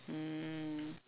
mm